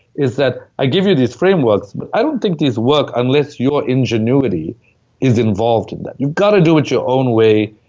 is that i give you these frameworks, but i don't think these work unless your ingenuity is involved in that. you've gotta do it your own way,